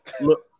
Look